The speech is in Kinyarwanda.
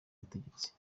butegetsi